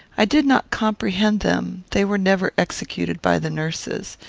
i did not comprehend them, they were never executed by the nurses,